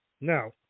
Now